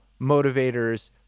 motivators